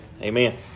Amen